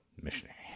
missionary